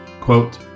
Quote